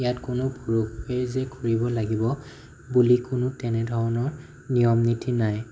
ইয়াত কোনো পুৰুষেই যে কৰিব লাগিব বুলি কোনো তেনেধৰণৰ নিয়ম নীতি নাই